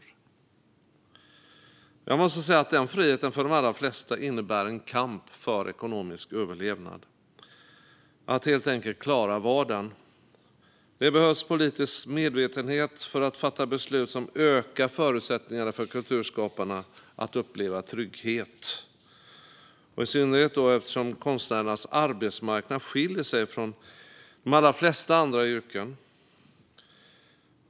Men jag måste säga att denna frihet för de allra flesta innebär en kamp för ekonomisk överlevnad - att helt enkelt klara vardagen. Det behövs politisk medvetenhet för att fatta beslut som ökar förutsättningarna för kulturskaparna att uppleva trygghet, i synnerhet eftersom konstnärernas arbetsmarknad skiljer sig från arbetsmarknaden för de allra flesta andra yrken.